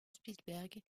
spielberg